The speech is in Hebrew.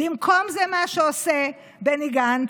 במקום זה, מה שעושה בני גנץ,